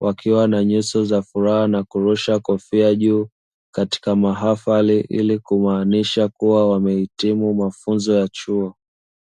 wakiwa na nyuso za furaha na wakirusha kofia juu katika mahafari ili kumaanisha kuwa wamehitimu mafunzo ya chuo.